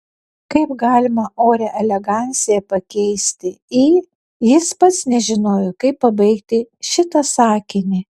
kaip galima orią eleganciją pakeisti į jis pats nežinojo kaip pabaigti šitą sakinį